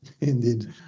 Indeed